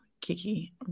Kiki